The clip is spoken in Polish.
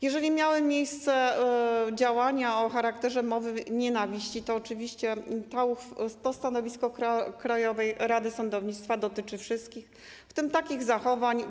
Jeżeli miały miejsce działania o charakterze mowy nienawiści, to oczywiście to stanowisko Krajowej Rady Sądownictwa dotyczy wszystkich, w tym takich zachowań.